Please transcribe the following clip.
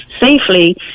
safely